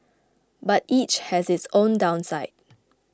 but each has its own downside